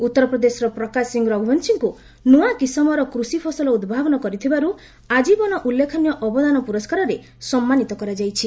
ଉତ୍ତରପ୍ରଦେଶର ପ୍ରକାଶ ସିଂ ରଘୁବଂଶୀଙ୍କୁ ନୂଆ କିସମର କୃଷି ଫସଲ ଉଭାବନ କରିଥିବାରୁ ଆଜୀବନ ଉଲ୍ଲେଖନୀୟ ଅବଦାନ ପୁରସ୍କାରରେ ସମ୍ମାନୀତ କରାଯାଇଛି